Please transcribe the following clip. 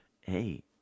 hey